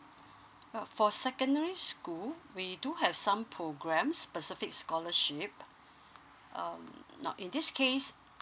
uh for secondary school we do have some program specific scholarship um not in this case